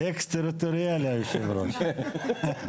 אקס-טריטוריאלי, היושב ראש.